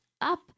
up